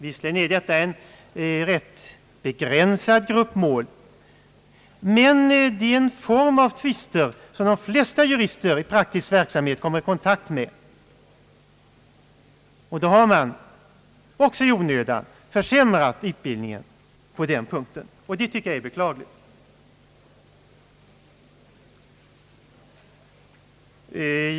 Visserligen är detta en rätt begränsad grupp mål, men det är en form av tvister som de flesta jurister i praktisk verksamhet kommer i kontakt med. Och då har man också i onödan försämrat utbildningen på den punkten. Det tycker jag är beklagligt.